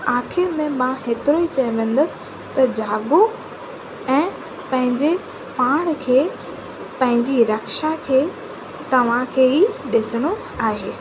आखिर में मां एतिरो ई चवंदसि त जागो ऐं पंहिंजी पाण खे पंहिंजी रक्षा खे तव्हांखे ई ॾिसणो आहे